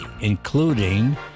including